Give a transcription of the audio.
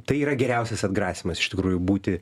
tai yra geriausias atgrasymas iš tikrųjų būti